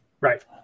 right